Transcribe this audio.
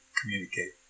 communicate